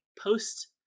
Post